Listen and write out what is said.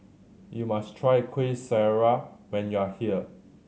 you must try Kuih Syara when you are here